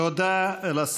תודה רבה.